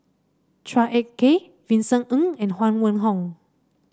Chua Ek Kay Vincent Ng and Huang Wenhong